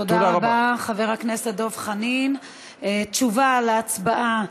תודה רבה, תודה רבה.